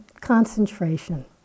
concentration